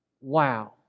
Wow